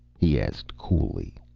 he asked coolly.